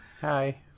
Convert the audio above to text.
Hi